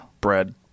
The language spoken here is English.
Bread